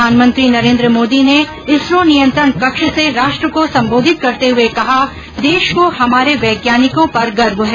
प्रधानमंत्री नरेन्द्र मोदी ने इसरो नियंत्रण कक्ष से राष्ट्र को संबोधित करते हुए कहा देश को हमारे वैज्ञानिकों पर गर्व है